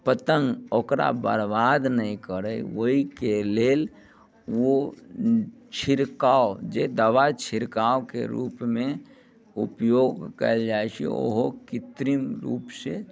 पतङ्ग ओकरा बरबाद नहि करै ओहिके लेल ओ छिड़काओ जे दबाइ छिड़काओके रूपमे उपयोग कयल जाइत छै ओहो कित्रिम रूपसे